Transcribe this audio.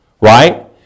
right